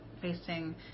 Facing